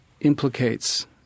implicates